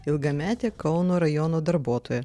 ilgametė kauno rajono darbuotoja